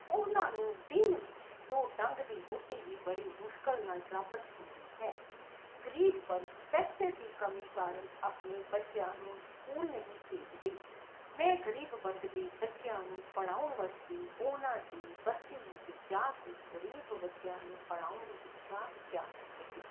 ਉਹਨਾਂ ਨੂੰ ਦਿਨ ਵਿੱਚ ਦੋ ਡੰਗ ਦੀ ਰੋਟੀ ਵੀ ਬੜੀ ਮੁਸ਼ਕਿਲ ਨਾਲ ਪ੍ਰਾਪਤ ਹੁੰਦੀ ਹੈ ਗਰੀਬ ਵਰਗ ਪੈਸੇ ਦੀ ਕਮੀ ਕਾਰਨ ਆਪਣੇ ਬੱਚਿਆਂ ਨੂੰ ਸਕੂਲ ਨਹੀਂ ਭੇਜਦੇ ਮੈਂ ਗਰੀਬ ਵਰਗ ਦੇ ਬੱਚਿਆਂ ਨੂੰ ਪੜ੍ਹਾਉਣ ਵਾਸਤੇ ਉਹਨਾਂ ਦੀ ਬਸਤੀ ਵਿੱਚ ਜਾ ਕੇ ਗਰੀਬ ਬੱਚਿਆਂ ਨੂੰ ਪੜ੍ਹਾਉਣ ਦੀ ਇੱਛਾ ਜਾਹਰ ਕੀਤੀ